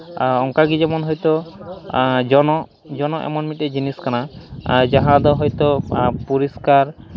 ᱚᱱᱠᱟᱜᱮ ᱡᱮᱢᱚᱱ ᱦᱚᱭᱛᱳ ᱡᱚᱱᱚᱜ ᱡᱚᱱᱚᱜ ᱮᱢᱚᱱ ᱢᱤᱫᱴᱮᱱ ᱡᱤᱱᱤᱥ ᱠᱟᱱᱟ ᱡᱟᱦᱟᱸ ᱫᱚ ᱦᱚᱭᱛᱳ ᱯᱚᱨᱤᱥᱠᱟᱨ